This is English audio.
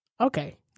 Okay